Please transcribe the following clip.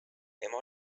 ema